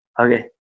Okay